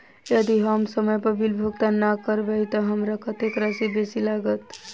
यदि हम समय पर बिल भुगतान नै करबै तऽ हमरा कत्तेक राशि बेसी लागत?